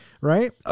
right